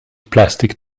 plastic